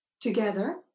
together